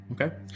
Okay